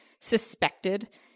suspected